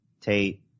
Tate